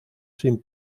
sin